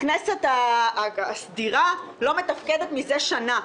הכנסת הסדירה לא מתפקדת מזה שנה.